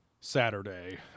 Saturday